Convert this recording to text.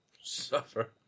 Suffer